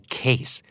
case